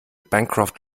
bancroft